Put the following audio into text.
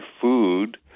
food